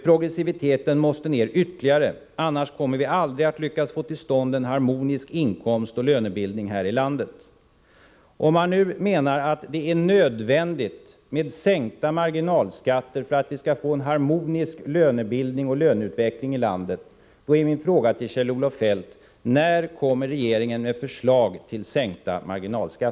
Progressiviteten måste ner ytterligare — annars kommer vi aldrig att lyckas få till stånd en harmonisk inkomstoch lönebildning i det här här landet.” Om han nu menar att det är nödvändigt med sänkta marginalskatter för att vi skall få en harmonisk lönebildning och löneutveckling i landet, då är min 49 politiken på medellång sikt